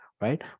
right